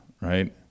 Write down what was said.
right